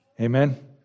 Amen